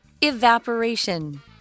Evaporation